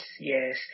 yes